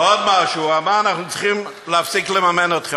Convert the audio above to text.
ועוד משהו הוא אמר: אנחנו צריכים להפסיק לממן אתכם.